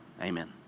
amen